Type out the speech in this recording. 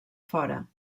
fora